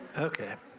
okay